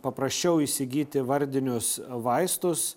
paprasčiau įsigyti vardinius vaistus